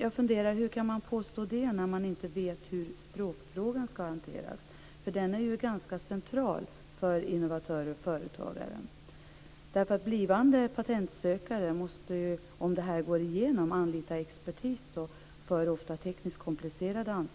Jag funderar över hur man kan påstå det när man inte vet hur språkfrågan skall hanteras. Den är ju ganska central för innovatörer och företagare. Om det här går igenom måste ju blivande patentsökare anlita expertis för ansökningar som ofta är tekniskt komplicerade.